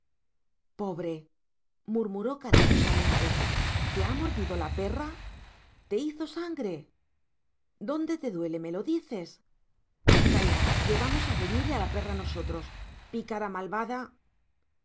pobre murmuró cariñosamente te ha mordido la perra te hizo sangre dónde te duele me lo dices calla que vamos a reñirle a la perra nosotros pícara malvada